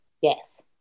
yes